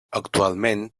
actualment